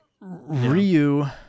ryu